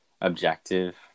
objective